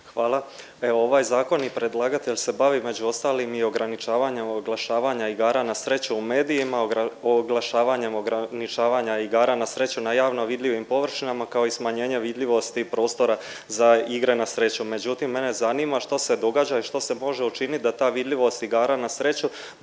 Hvala. Evo ovaj zakon i predlagatelj se bavi među ostalim i ograničavanjem oglašavanja igara na sreću u medijima, oglašavanjem ograničavanja igara na sreću na javno vidljivim površinama kao i smanjenje vidljivosti prostora za igre na sreću. Međutim, mene zanima što se događa i što se može učinit da ta vidljivost igara na sreću